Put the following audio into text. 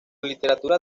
literatura